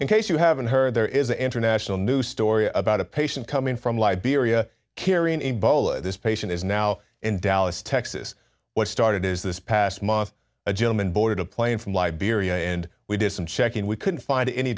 in case you haven't heard there is an international news story about a patient coming from liberia carrying a bowl this patient is now in dallas texas what started as this past month a gentleman boarded a plane from liberia and we did some checking we couldn't find any